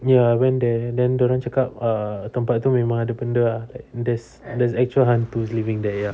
ya went there and then dia orang cakap uh tempat tu memang ada benda ah like there's there's actual hantu living there ya